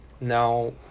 now